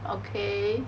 okay